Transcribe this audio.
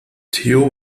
theo